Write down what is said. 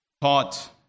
taught